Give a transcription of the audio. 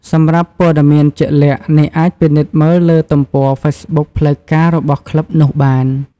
សម្រាប់ព័ត៌មានជាក់លាក់ អ្នកអាចពិនិត្យមើលលើទំព័រហ្វេសប៊ុកផ្លូវការរបស់ក្លឹបនោះបាន។